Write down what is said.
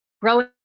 growing